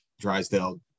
drysdale